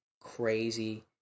Crazy